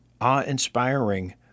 awe-inspiring